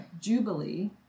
Jubilee